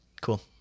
Cool